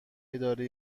اداره